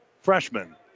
freshman